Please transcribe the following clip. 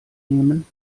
nehmen